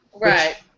Right